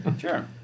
Sure